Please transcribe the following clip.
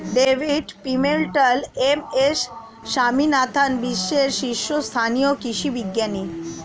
David Pimentel, M S Swaminathan বিশ্বের শীর্ষস্থানীয় কৃষি বিজ্ঞানী